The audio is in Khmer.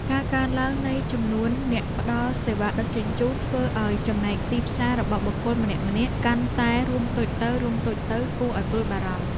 ការកើនឡើងនៃចំនួនអ្នកផ្តល់សេវាដឹកជញ្ជូនធ្វើឱ្យចំណែកទីផ្សាររបស់បុគ្គលម្នាក់ៗកាន់តែរួមតូចទៅៗគួរឱ្យព្រួយបារម្ភ។